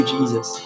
Jesus